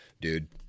dude